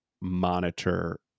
monitor